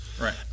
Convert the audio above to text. Right